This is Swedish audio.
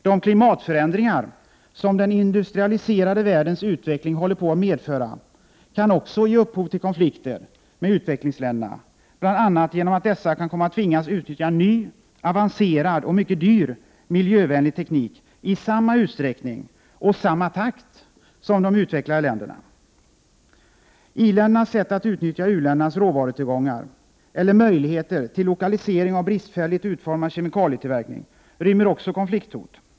De klimatförändringar som den industrialiserade världens utveckling håller på att medföra kan också ge upphov till konflikter med utvecklingsländerna, bl.a. genom att dessa kan komma att tvingas utnyttja ny, avancerad och mycket dyr miljövänlig teknik i samma utsträckning och i samma takt som de utvecklade länderna. Även i-ländernas sätt att utnyttja u-ländernas råvarutillgångar eller möjligheter till lokalisering av bristfälligt utformad kemikalietillverkning rymmer konflikthot.